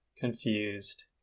confused